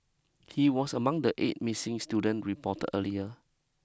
he was among the eight missing student reported earlier